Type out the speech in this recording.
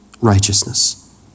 Righteousness